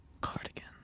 Cardigan